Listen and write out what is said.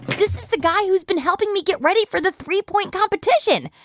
this is the guy who's been helping me get ready for the three-point competition.